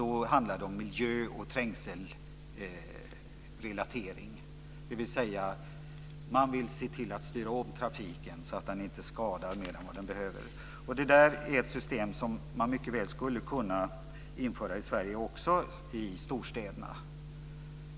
Då handlar det om miljö och trängselrelatering, dvs. att man vill styra om trafiken så att den inte skadar mer än vad den behöver. Det är ett system som man mycket väl skulle kunna införa i Sverige och också i storstäderna.